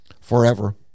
forever